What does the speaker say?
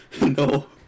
no